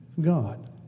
God